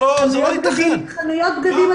חנויות בגדים,